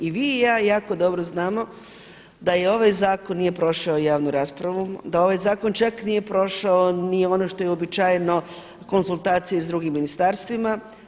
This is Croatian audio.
I vi i ja jako dobro znamo da ovaj zakon nije prošao javnu raspravu, da ovaj zakon čak nije prošao ni ono što je uobičajeno konzultacije s drugim ministarstvima.